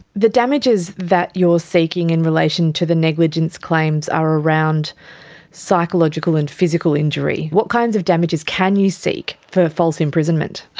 the damages that you are seeking in relation to the negligence claims are around psychological and physical injury. what kinds of damages can you seek for false imprisonment?